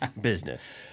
business